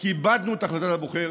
כיבדנו את החלטת הבוחר,